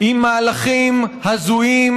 עם מהלכים הזויים,